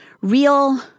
real